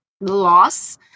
loss